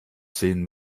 sehen